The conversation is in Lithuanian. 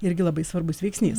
irgi labai svarbus veiksnys